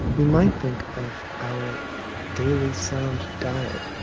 we might think of our daily sound diet.